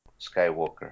Skywalker